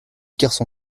garçon